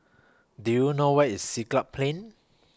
Do YOU know Where IS Siglap Plain